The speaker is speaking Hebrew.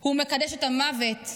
הוא מקדש את המוות,